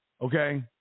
Okay